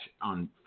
on